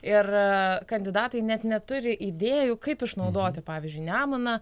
ir kandidatai net neturi idėjų kaip išnaudoti pavyzdžiui nemuną